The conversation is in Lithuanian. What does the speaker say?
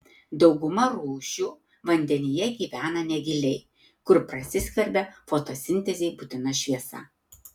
dauguma rūšių vandenyje gyvena negiliai kur prasiskverbia fotosintezei būtina šviesa